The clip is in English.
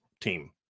team